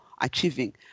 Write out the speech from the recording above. achieving